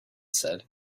said